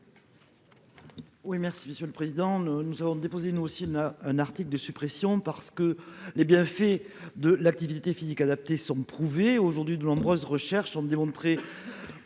Oui, merci Monsieur le Président, nous avons déposé nos si elle n'a un article de suppression parce que les bienfaits de l'activité physique adaptée sont prouvé aujourd'hui de nombreuses recherches ont démontré.